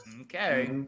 Okay